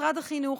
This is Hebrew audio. משרד החינוך,